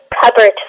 cupboard